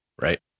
Right